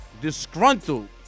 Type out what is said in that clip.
Disgruntled